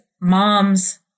moms